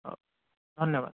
ହଉ ଧନ୍ୟବାଦ